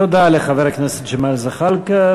תודה לחבר הכנסת ג'מאל זחאלקה.